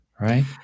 right